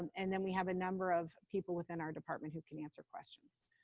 and then we have a number of people within our department who can answer questions.